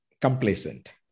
complacent